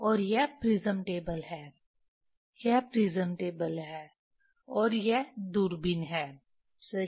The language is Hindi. और यह प्रिज़्म टेबल है यह प्रिज़्म टेबल है और यह दूरबीन है सही